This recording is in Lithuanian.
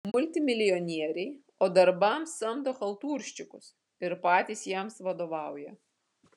multimilijonieriai o darbams samdo chaltūrščikus ir patys jiems vadovauja